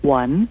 one